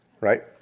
right